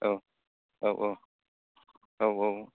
औ औ औ औ औ